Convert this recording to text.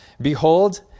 Behold